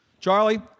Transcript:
Charlie